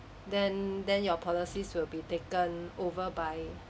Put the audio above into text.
then then your policies will be taken over by